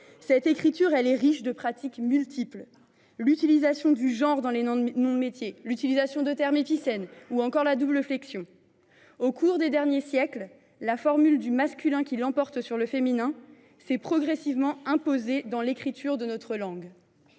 Celle ci est riche de ses pratiques multiples : l’utilisation du genre dans les noms de métiers, celle de termes épicènes ou encore de la double flexion. Au cours des derniers siècles, la règle du masculin qui l’emporte sur le féminin s’est progressivement imposée dans l’écriture de notre langue.